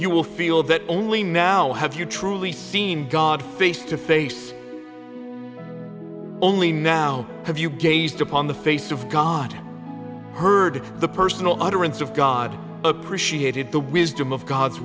you will feel that only now have you truly seen god face to face only now have you gazed upon the face of god heard the personal utterance of god appreciated the wisdom of god's